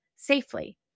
Safely